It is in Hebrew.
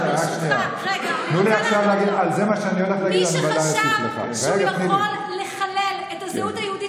מי שחשב שהוא יכול לחלל את הזהות היהודית